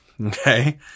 Okay